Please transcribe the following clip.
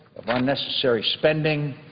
unnecessary spending,